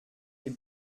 dans